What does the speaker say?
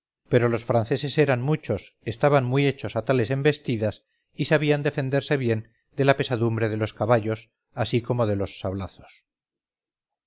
pero los franceses eran muchos estaban muy hechos a tales embestidas y sabían defenderse bien de la pesadumbre de los caballos así como de los sablazos